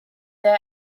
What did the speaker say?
their